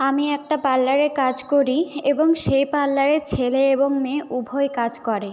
আমি একটা পার্লারে কাজ করি এবং সে পার্লারে ছেলে এবং মেয়ে উভয় কাজ করে